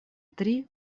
три